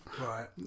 Right